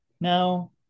now